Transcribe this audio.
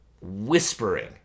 whispering